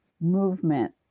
movement